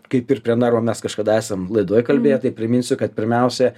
kaip ir prie narvo mes kažkada esam laidoje kalbėję tai priminsiu kad pirmiausia